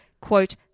quote